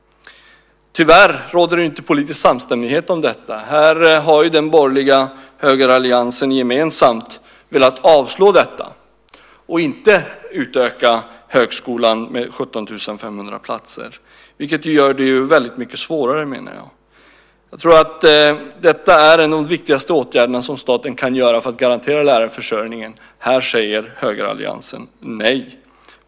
Tyvärr råder det inte politisk samstämmighet om detta. Här har den borgerliga högeralliansen gemensamt velat avslå detta och inte utöka högskolan med 17 500 platser, vilket gör det väldigt mycket svårare. Detta är nog en av de viktigaste åtgärderna som staten kan vidta för att garantera lärarförsörjningen. Här säger högeralliansen nej.